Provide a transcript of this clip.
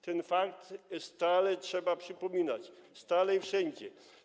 Ten fakt stale trzeba przypominać, stale i wszędzie.